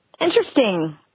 interesting